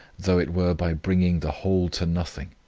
though it were by bringing the whole to nothing.